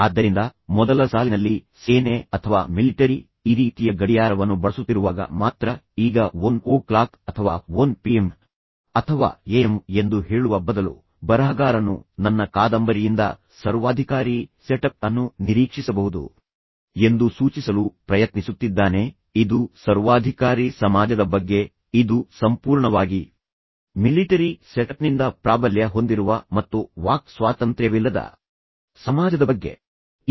ಆದ್ದರಿಂದ ಮೊದಲ ಸಾಲಿನಲ್ಲಿ ಸೇನೆ ಅಥವಾ ಮಿಲಿಟರಿ ಈ ರೀತಿಯ ಗಡಿಯಾರವನ್ನು ಬಳಸುತ್ತಿರುವಾಗ ಮಾತ್ರ ಈಗ ಒನ್ ಓ ಕ್ಲಾಕ್ ಅಥವಾ ಒನ್ ಪಿಎಂ ಅಥವಾ ಎಎಂ ಎಂದು ಹೇಳುವ ಬದಲು ಬರಹಗಾರನು ನನ್ನ ಕಾದಂಬರಿಯಿಂದ ಸರ್ವಾಧಿಕಾರಿ ಸೆಟಪ್ ಅನ್ನು ನಿರೀಕ್ಷಿಸಬಹುದು ಎಂದು ಸೂಚಿಸಲು ಪ್ರಯತ್ನಿಸುತ್ತಿದ್ದಾನೆ ಇದು ಸರ್ವಾಧಿಕಾರಿ ಸಮಾಜದ ಬಗ್ಗೆ ಇದು ಸಂಪೂರ್ಣವಾಗಿ ಮಿಲಿಟರಿ ಸೆಟಪ್ನಿಂದ ಪ್ರಾಬಲ್ಯ ಹೊಂದಿರುವ ಮತ್ತು ವಾಕ್ ಸ್ವಾತಂತ್ರ್ಯವಿಲ್ಲದ ಸಮಾಜದ ಬಗ್ಗೆ ಆಗಿದೆ